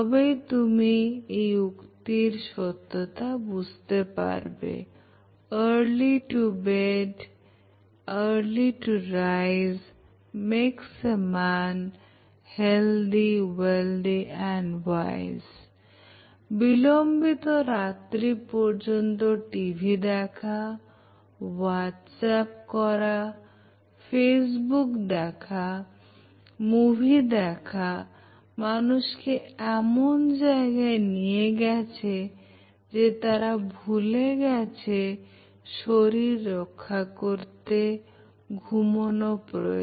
তবেই তুমি এই উক্তির সত্যতা বুঝতে পারবে Early to bed early to risemakes a man healthy wealthy and wise বিলম্বিত রাত্রি পর্যন্ত টিভি দেখা হোয়াটসঅ্যাপ করা ফেসবুক দেখা মুভি দেখা মানুষকে এমন জায়গায় নিয়ে গেছে যে তারা ভুলে যাচ্ছে শরীর রক্ষা করতে ঘুমাতে হবে